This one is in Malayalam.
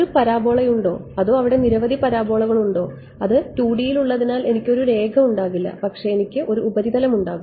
ഒരു പരാബോളയുണ്ടോ അതോ അവിടെ നിരവധി പരാബോളകൾ ഉണ്ടോ അത് 2D യിൽ ഉള്ളതിനാൽ എനിക്ക് ഒരു രേഖ ഉണ്ടാകില്ല പക്ഷേ എനിക്ക് ഒരു ഉപരിതലമുണ്ടാകും